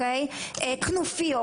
כנופיות.